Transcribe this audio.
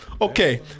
okay